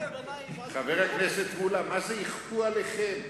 חבר הכנסת מולה, מה זה "יכפו עליכם"?